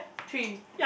three